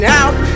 out